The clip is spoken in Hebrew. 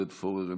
עודד פורר,